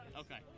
Okay